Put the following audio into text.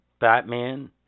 Batman